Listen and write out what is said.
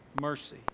mercy